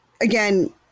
again